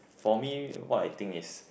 for me what I think is